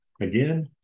again